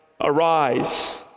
arise